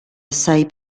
assai